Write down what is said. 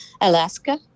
Alaska